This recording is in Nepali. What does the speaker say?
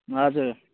हजुर